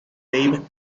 dave